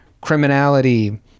criminality